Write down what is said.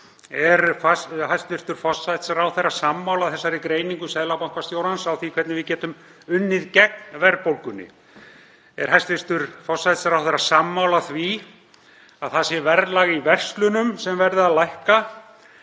Er hæstv. forsætisráðherra sammála þessari greiningu seðlabankastjórans á því hvernig við getum unnið gegn verðbólgunni? Er hæstv. forsætisráðherra sammála því að verðlag í verslunum verði að lækka,